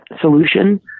solution